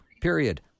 period